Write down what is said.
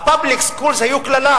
ה-public schools היו קללה,